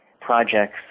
projects